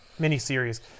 miniseries